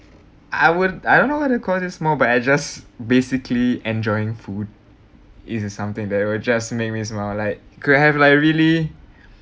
I would I don't know whether call it small but I just basically enjoying food is something that it will just make me smile like could have like really